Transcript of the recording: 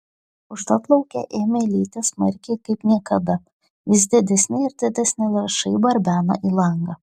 užtat lauke ėmė lyti smarkiai kaip niekada vis didesni ir didesni lašai barbeno į langą